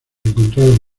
encontraron